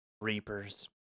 Reapers